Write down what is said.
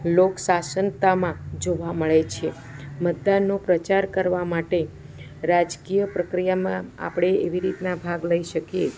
લોક શાસનમાં જોવા મળે છે મતદાનનો પ્રચાર કરવા માટે રાજકીય પ્રકિયામાં આપણે એવી રીતના ભાગ લઈ શકીએ